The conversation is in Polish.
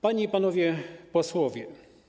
Panie i Panowie Posłowie!